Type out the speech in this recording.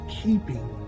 keeping